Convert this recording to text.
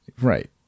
Right